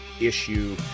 issue